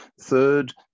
Third